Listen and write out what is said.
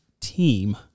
team